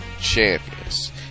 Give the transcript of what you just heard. champions